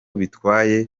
bitwaye